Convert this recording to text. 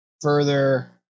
further